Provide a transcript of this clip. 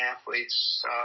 athletes